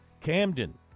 Camden